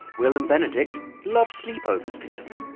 william benedict love sleepovers together